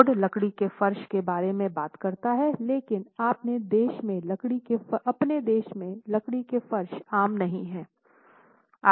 code लकड़ी के फर्श के बारे में बात करता है लेकिन अपने देश में लकड़ी के फर्श आम नहीं हैं